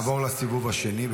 בעד נעבור לסיבוב השני.